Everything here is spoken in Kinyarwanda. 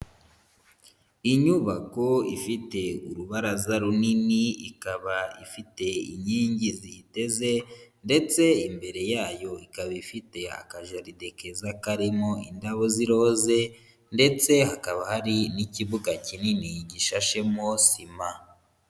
Inyubako ifite urubaraza runini, ikaba ifite inkingi ziyiteze ndetse imbere yayo ikaba ifite akajaride keza karimo indabo z'iroze ndetse hakaba hari n'ikibuga kinini gishashemo sima.